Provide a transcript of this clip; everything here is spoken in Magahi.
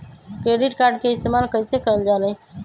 क्रेडिट कार्ड के इस्तेमाल कईसे करल जा लई?